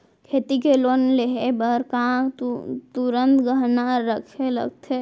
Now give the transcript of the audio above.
खेती के लोन लेहे बर का तुरंत गहना रखे लगथे?